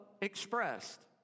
expressed